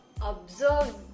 observe